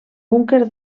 búnquer